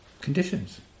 conditions